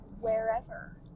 wherever